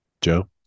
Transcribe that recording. joe